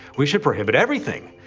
we should prohibit everything!